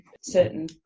certain